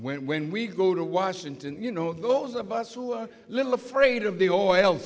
when when we go to washington you know those of us who are a little afraid of the oil